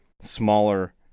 smaller